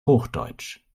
hochdeutsch